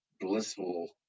blissful